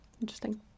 Interesting